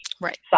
right